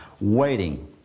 waiting